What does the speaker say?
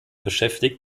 beschäftigt